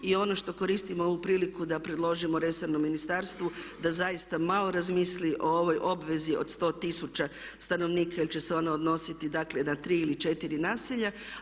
I ono što koristim ovu priliku da predložimo resornom ministarstvu da zaista malo razmisli o ovoj obvezi od 100 tisuća stanovnika ili će se ona odnositi, dakle na tri ili četiri naselja.